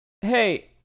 hey